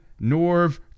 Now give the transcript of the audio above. Norv